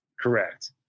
Correct